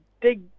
dig